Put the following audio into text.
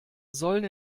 sollen